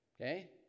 Okay